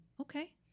okay